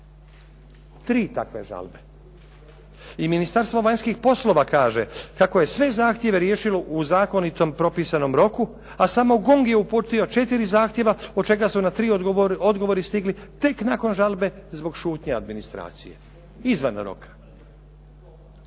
Tri takve žalbe. I Ministarstvo vanjskih poslova kaže kako je sve zahtjeve riješilo u zakonitom propisanom roku, a samo GONG je uputio četiri zahtjeva, od čega su na tri odgovori stigli tek nakon žalbe zbog šutnje administracije, izvan roka.